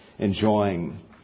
enjoying